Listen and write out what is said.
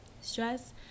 Stress